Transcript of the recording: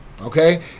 okay